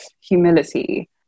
humility